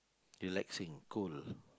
relaxing cool